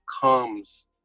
comes